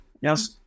yes